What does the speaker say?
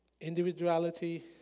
individuality